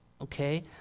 Okay